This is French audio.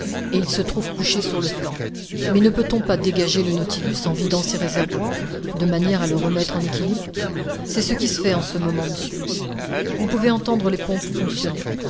où il se trouve couché sur le flanc mais ne peut-on dégager le nautilus en vidant ses réservoirs de manière à le remettre en équilibre c'est ce qui se fait en ce moment monsieur vous pouvez entendre les pompes fonctionner